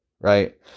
right